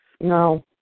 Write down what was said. no